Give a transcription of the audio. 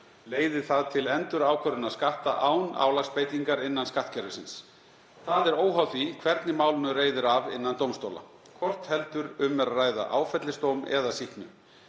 leiði það til endurákvörðunar skatta án álagsbeitingar innan skattkerfisins. Það er óháð því hvernig málinu reiðir af innan dómstóla, hvort heldur um er að ræða áfellisdóm eða sýknu.